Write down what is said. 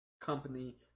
company